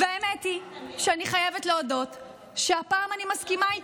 והאמת היא שאני חייבת להודות שהפעם אני מסכימה איתכם.